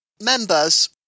members